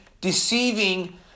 deceiving